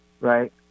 right